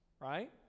right